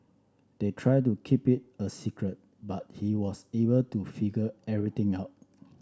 they tried to keep it a secret but he was able to figure everything out